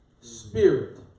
spirit